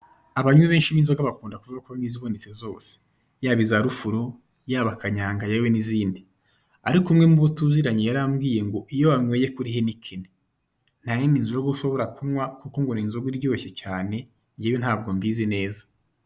Abanywi benshi b'inzoga bakunda kuvuga ko banywa izibonetse zose. Yaba iza rufuro, yaba kanyanga, yewe n'izindi. Ariko umwe mu bo tuziranye yarambwiye ngo iyo wanyweye kuri Heineken, nta yindi nzoga ushobora kunywa kuko ngo ni inzoga iryoshye cyane, njyewe ntabwo mbizi neza.